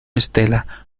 estela